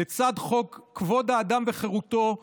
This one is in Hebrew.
לצד חוק-יסוד: כבוד האדם וחירותו,